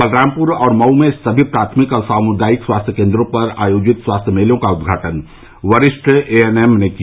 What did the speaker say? बलरामपुर और मऊ में समी प्राथमिक और सामुदायिक स्वास्थ्य केन्द्रों पर आयोजित आरोग्य मेलों का उद्घाटन वरिष्ठ ए एन एम ने किया